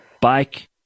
bike